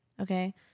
Okay